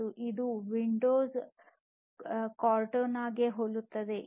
ಮತ್ತು ಇದು Windows Cortana ಗೆ ಹೋಲುತ್ತದೆ